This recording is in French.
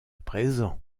présent